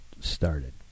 started